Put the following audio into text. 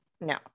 No